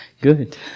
Good